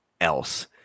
else